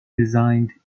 designed